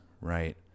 right